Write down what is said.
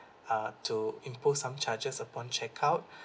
uh to impose some charges upon checkout